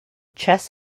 chess